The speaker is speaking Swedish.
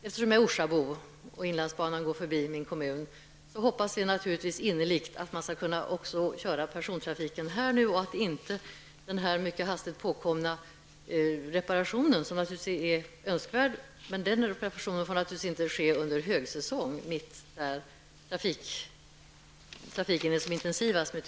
Eftersom jag är orsabo och inlandsbanan går förbi i min kommun, hoppas jag innerligt att man skall kunna driva persontrafiken och att den hastigt påkomna reparationen, som naturligtvis är mycket önskvärd, inte skall ske under högsäsong, när turisttrafiken är som intensivast.